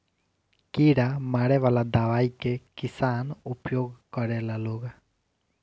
कीड़ा मारे वाला दवाई के किसान उपयोग करेला लोग